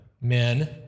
men